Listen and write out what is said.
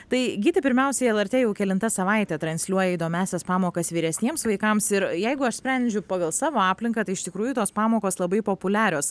tai gyti pirmiausia lrt jau kelinta savaitė transliuoja įdomiąsias pamokas vyresniems vaikams ir jeigu aš sprendžiu pagal savo aplinką tai iš tikrųjų tos pamokos labai populiarios